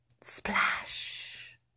Splash